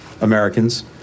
Americans